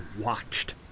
watched